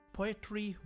Poetry